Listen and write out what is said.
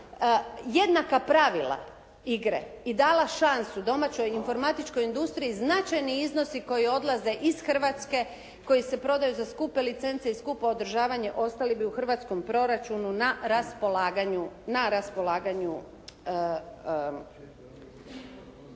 jednaka pravila igre i dala šansu domaćoj informatičkoj industriji, značajni odnosi koji odlaze iz Hrvatske, koji se prodaju za skupe licence i skupo održavanje ostali bi u hrvatskom proračunu na raspolaganju